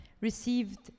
received